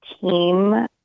team